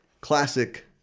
classic